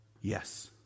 Yes